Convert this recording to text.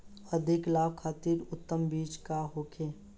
अधिक लाभ खातिर उन्नत बीज का होखे?